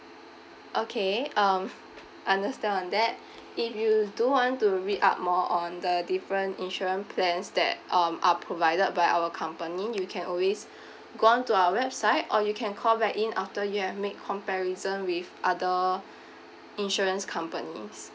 okay um understand on that if you do want to read up more on the different insurance plans that um are provided by our company you can always go on to our website or you can call back in after you have made comparison with other insurance companies